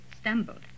stumbled